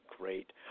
great